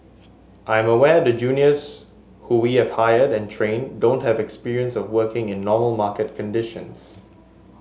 I'm aware the juniors who we have hired and trained don't have experience of working in normal market conditions